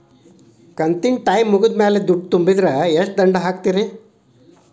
ಕಂತಿನ ಟೈಮ್ ಮುಗಿದ ಮ್ಯಾಲ್ ದುಡ್ಡು ತುಂಬಿದ್ರ, ಎಷ್ಟ ದಂಡ ಹಾಕ್ತೇರಿ?